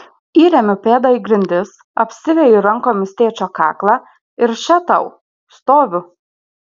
įremiu pėdą į grindis apsiveju rankomis tėčio kaklą ir še tau stoviu